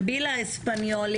בבקשה, נבילה אספניולי,